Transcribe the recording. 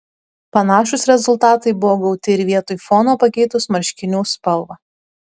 panašūs rezultatai buvo gauti ir vietoj fono pakeitus marškinių spalvą